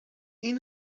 این